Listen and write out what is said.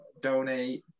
donate